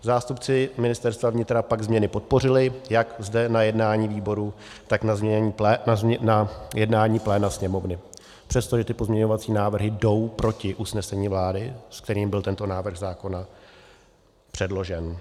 Zástupci Ministerstva vnitra pak změny podpořili jak zde na jednání výboru, tak na jednání pléna Sněmovny, přestože ty pozměňovací návrhy jdou proti usnesení vlády, s kterým byl tento návrh zákona předložen.